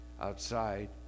outside